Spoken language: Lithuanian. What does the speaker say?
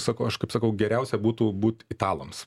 sakau aš kaip sakau geriausia būtų būt italams